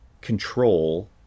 control